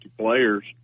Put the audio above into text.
players